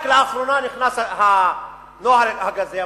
רק לאחרונה נכנס הנוהג הזה,